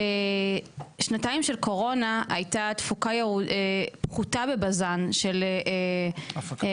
בשנתיים של קורנה הייתה תפוקה בבזן של הפקה,